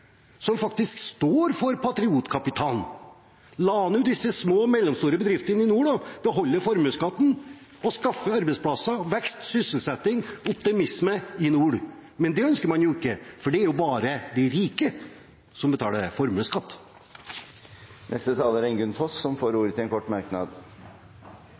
som faktisk står for patriotkapitalen? La nå disse små og mellomstore bedriftene i nord beholde formuesskatten og skape arbeidsplasser, vekst, sysselsetting og optimisme i nord. Men det ønsker man jo ikke, for det er jo bare de rike som betaler formuesskatt! Representanten Ingunn Foss har hatt ordet to ganger tidligere og får ordet til en kort merknad,